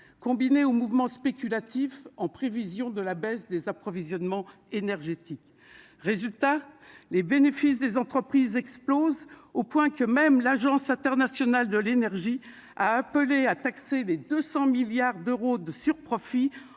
des mouvements spéculatifs misant sur la baisse des approvisionnements énergétiques. Pour quels résultats ? Les bénéfices des entreprises explosent, au point que même l'Agence internationale de l'énergie a appelé à taxer les 200 milliards d'euros de surprofits